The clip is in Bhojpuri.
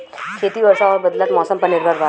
खेती वर्षा और बदलत मौसम पर निर्भर बा